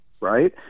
right